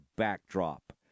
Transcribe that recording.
Backdrop